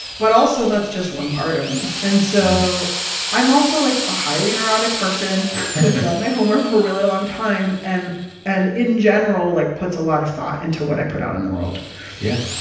but also, that's just one part of me. and so i'm also, like, a highly neurotic person i've done my homework for a really long time and and in general, like, puts a lot of thought into what i put out in the world yeah.